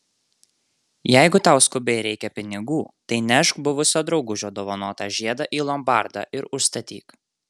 jeigu tau skubiai reikia pinigų tai nešk buvusio draugužio dovanotą žiedą į lombardą ir užstatyk